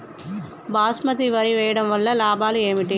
బాస్మతి వరి వేయటం వల్ల లాభాలు ఏమిటి?